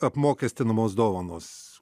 apmokestinamos dovanos